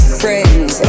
friends